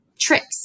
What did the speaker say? tricks